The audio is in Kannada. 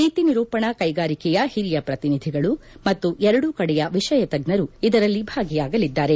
ನೀತಿ ನಿರೂಪಣಾ ಕೈಗಾರಿಕೆಯ ಹಿರಿಯ ಪ್ರತಿನಿಧಿಗಳು ಮತ್ತು ಎರಡೂ ಕಡೆಯ ವಿಷಯ ತಜ್ಞರು ಇದರಲ್ಲಿ ಭಾಗಿಯಾಗಲಿದ್ದಾರೆ